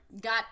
Got